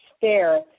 fair